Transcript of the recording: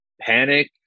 panic